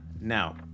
now